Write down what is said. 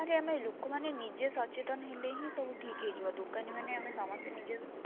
ଆରେ ଆମେ ଲୋକମାନେ ନିଜେ ସଚେତନ ହେଲେ ହିଁ ସବୁ ଠିକ୍ ହେଇଯିବ ଦୋକାନୀମାନେ ଆମେ ସମସ୍ତେ ନିଜେ